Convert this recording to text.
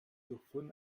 durchfuhren